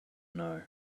know